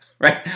right